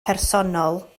personol